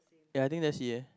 yeah I think that's yeah